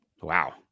Wow